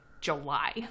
July